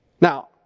Now